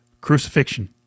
crucifixion